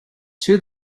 two